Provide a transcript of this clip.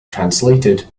translated